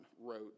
wrote